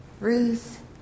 Ruth